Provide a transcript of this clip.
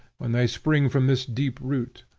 when they spring from this deep root?